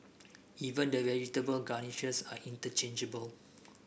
even the vegetable garnishes are interchangeable